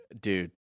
Dude